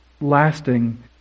lasting